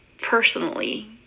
personally